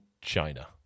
China